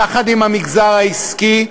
יחד עם המגזר העסקי,